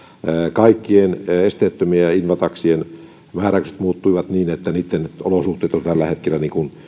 kaikkien esteettömien invataksien määräykset muuttuivat niin että niitten olosuhteet ovat tällä hetkellä